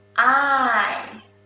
eyes,